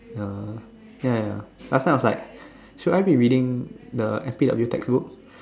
ya ya ya last time I was like should I be reading the F_P_W textbook